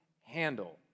handle